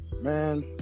man